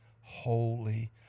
holy